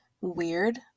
weird